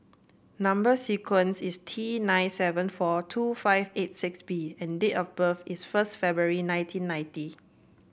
number sequence is T nine seven four two five eight six B and date of birth is first February nineteen ninety